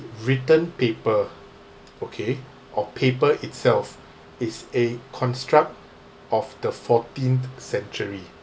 written paper okay or paper itself is a construct of the fourteenth century